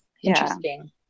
Interesting